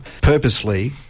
purposely